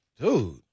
dude